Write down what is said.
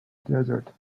desert